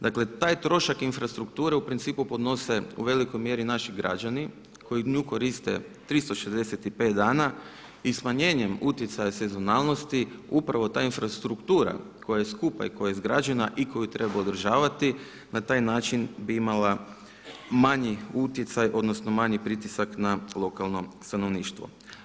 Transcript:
Dakle, taj trošak infrastrukture u principu podnose u velikoj mjeri naši građani koji nju koriste 365 dana i smanjenjem utjecaja sezonalnosti upravo ta infrastruktura koja je skupa i koja je izgrađena i koju treba održavati na taj način bi imala manji utjecaj odnosno manji pritisak na lokalno stanovništvo.